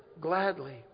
gladly